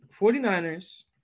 49ers